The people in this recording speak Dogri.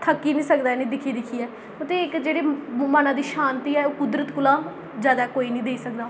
थक्की निं सकदा इ'नें गी दिक्खी दिक्खियै ते इक जेह्ड़ी मनै दी शांति ऐ कुदरत कोला जैदा कोई नेईं देई सकदा